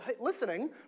listening